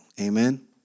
Amen